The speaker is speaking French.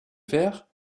faire